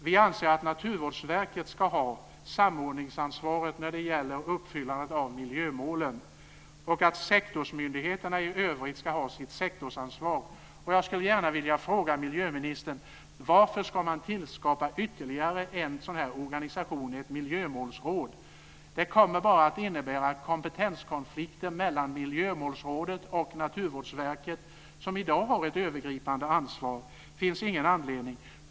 Vi anser att Naturvårdsverket ska ha samordningsansvaret när det gäller uppfyllandet av miljömålen och att sektorsmyndigheterna i övrigt ska ha sitt sektorsansvar. Jag skulle gärna vilja fråga miljöministern: Varför ska man tillskapa ytterligare en sådan här organisation med ett miljömålsråd? Det kommer bara att innebära kompetenskonflikter mellan miljömålsrådet och Naturvårdsverket, som i dag har ett övergripande ansvar. Det finns ingen anledning till detta.